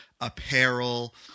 apparel